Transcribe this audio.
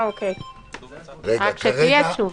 רק שתהיה תשובה.